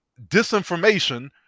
disinformation